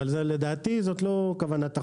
אבל לדעתי לא זו כוונת החוק,